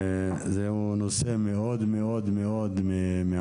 זהו נושא מאוד מאוד מעניין,